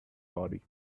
body